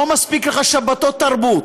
לא מספיק לך שבתות תרבות?